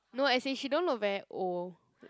no as in she don't look very old